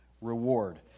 reward